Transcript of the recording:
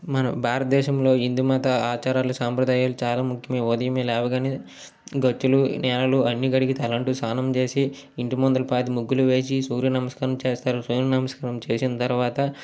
మన భారతదేశంలో హిందూమత ఆచారాలు సాంప్రదాయాలు చాలా ముఖ్యం ఉదయం లేవగానే గచ్చులు నేలలు అన్ని కడిగి తలంటూ స్నానం చేసి ఇంటి ముందుల పాతి ముగ్గులు వేసి సూర్య నమస్కారం చేస్తారు సూర్య నమస్కారం చేసిన తర్వాత